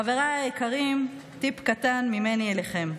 חבריי היקרים, טיפ קטן ממני אליכם: